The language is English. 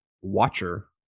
Watcher